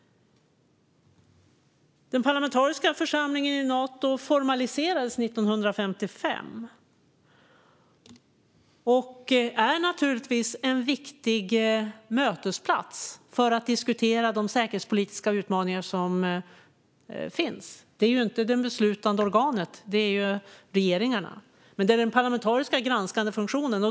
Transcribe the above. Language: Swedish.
Den parlamentariska församlingen i Nato formaliserades 1955 och är naturligtvis en viktig mötesplats för att diskutera de säkerhetspolitiska utmaningar som finns. Det är inte det beslutande organet, för det är det regeringarna som är, men församlingen har den parlamentariska granskande funktionen.